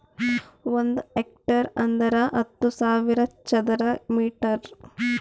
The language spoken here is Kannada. ಒಂದ್ ಹೆಕ್ಟೇರ್ ಅಂದರ ಹತ್ತು ಸಾವಿರ ಚದರ ಮೀಟರ್